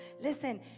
listen